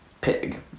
pig